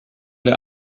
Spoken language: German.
der